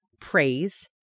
praise